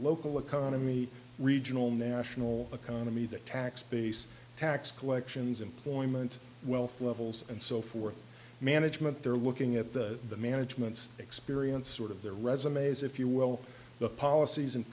local economy regional national economy the tax base tax collections employment wealth levels and so forth management they're looking at the management's experience sort of their resumes if you will the policies and